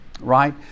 Right